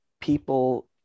people